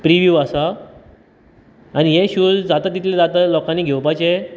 preview आसा आनी हे शूज जाता तितले जाता लोकांनी घेवपाचे